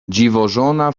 dziwożona